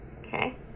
okay